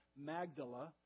Magdala